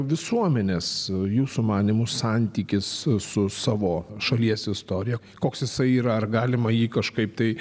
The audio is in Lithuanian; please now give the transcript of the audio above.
visuomenės jūsų manymu santykis su savo šalies istorija koks jisai yra ar galima jį kažkaip tai